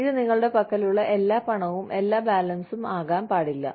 ഇത് നിങ്ങളുടെ പക്കലുള്ള എല്ലാ പണവും എല്ലാ ബാലൻസും ആകാൻ പാടില്ല